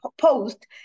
post